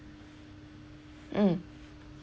mm